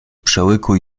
przełyku